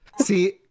see